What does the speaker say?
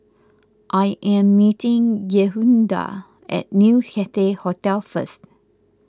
I am meeting Yehuda at New Cathay Hotel first